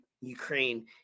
Ukraine